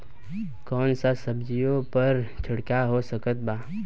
कौन सा सब्जियों पर छिड़काव हो सकत बा?